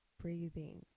Breathing